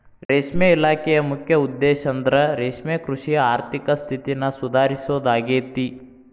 ರೇಷ್ಮೆ ಇಲಾಖೆಯ ಮುಖ್ಯ ಉದ್ದೇಶಂದ್ರ ರೇಷ್ಮೆಕೃಷಿಯ ಆರ್ಥಿಕ ಸ್ಥಿತಿನ ಸುಧಾರಿಸೋದಾಗೇತಿ